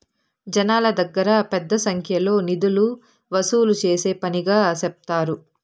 జనాల దగ్గర పెద్ద సంఖ్యలో నిధులు వసూలు చేసే పనిగా సెప్తారు